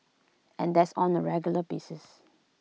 and that's on A regular basis